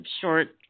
short